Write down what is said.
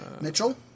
Mitchell